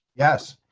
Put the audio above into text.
yes.